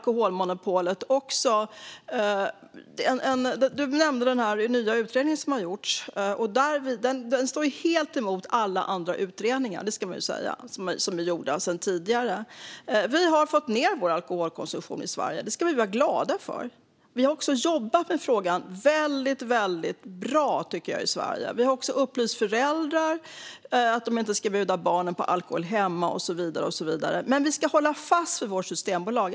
Johan Hultberg nämnde den nya utredning som har gjorts. Den går helt emot alla andra utredningar som tidigare har gjorts; det ska man säga. Vi har fått ned vår alkoholkonsumtion i Sverige. Det ska vi vara glada för. Vi har också jobbat med frågan väldigt bra i Sverige. Vi har också upplyst föräldrar om att de inte ska bjuda barnen på alkohol hemma och så vidare. Men vi ska hålla fast vid vårt systembolag.